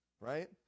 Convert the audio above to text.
Right